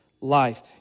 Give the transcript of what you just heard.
life